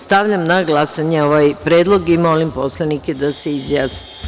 Stavljam na glasanje ovaj predlog i molim poslanike da se izjasne.